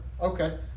Okay